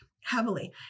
heavily